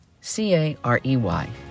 C-A-R-E-Y